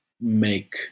make